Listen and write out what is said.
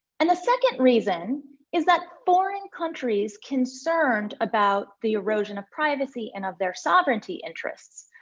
and the second reason is that foreign countries, concerned about the erosion of privacy and of their sovereignty interests,